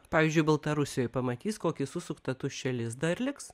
pavyzdžiui baltarusijoj pamatys kokį susuktą tuščią lizdą ir liks